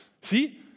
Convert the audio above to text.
See